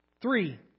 Three